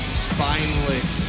spineless